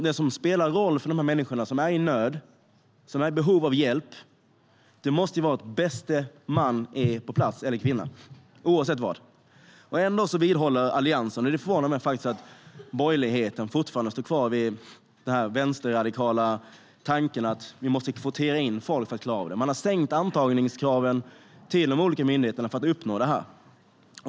Vad som spelar roll för de människor som är i nöd och i behov av hjälp måste vara att bäste man eller bästa kvinna är på plats oavsett vad. Det förvånar mig att borgerligheten fortfarande står kvar vid den vänsterradikala tanken att vi måste kvotera in människor för att klara av det. Man har sänkt antagningskraven till de olika myndigheterna för att uppnå det.